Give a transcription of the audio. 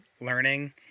learning